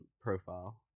profile